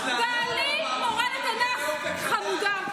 לקרוא לחינוך היהודי "בערות"?